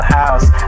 house